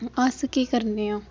अस केह् करने आं